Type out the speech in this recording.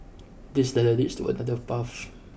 this ladder leads to another path